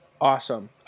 Awesome